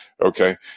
okay